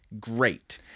great